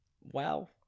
wow